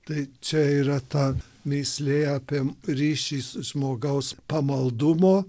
tai čia yra ta mįslė apie ryšį žmogaus pamaldumo